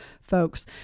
folks